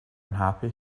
unhappy